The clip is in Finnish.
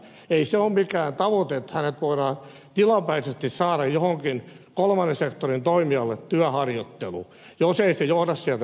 ei se ole mikään tavoite että hänet voidaan tilapäisesti saada johonkin kolmannen sektorin toimijalle työharjoitteluun jos ei se johda sieltä mihinkään